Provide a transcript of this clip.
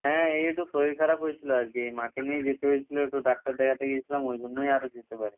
হ্যাঁ এই একটু শরীর খারাপ হয়েছিল আর কি মাকে নিয়ে যেতে হয়েছিল একটু ডাক্তার দেখাতে গিয়েছিলাম ওই জন্যেই আরও যেতে পারিনি